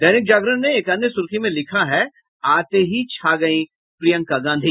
दैनिक जागरण ने एक अन्य सुर्खी में लिखा है आते ही छा गयी प्रियंका गांधी